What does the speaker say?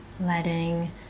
letting